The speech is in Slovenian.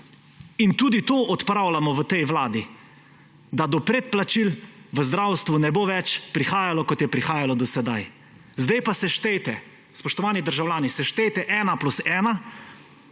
In tudi to odpravljamo v tej vladi, da do predplačil v zdravstvu ne bo več prihajalo, kot je prihajalo do sedaj. Sedaj pa seštejte, spoštovani državljani, seštejte 1 plus 1